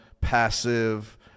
passive